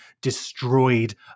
destroyed